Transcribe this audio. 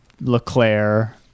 LeClaire